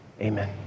amen